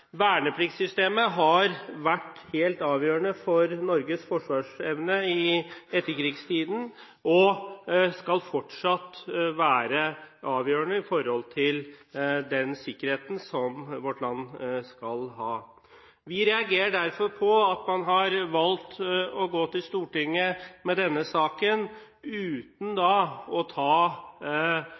Vernepliktssystemet har vært helt avgjørende for Norges forsvarsevne i etterkrigstiden, og skal fortsatt være avgjørende i forhold til den sikkerheten som vårt land skal ha. Vi reagerer derfor på at man har valgt å gå til Stortinget med denne saken uten å ta